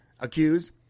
accused